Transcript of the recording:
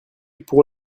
pour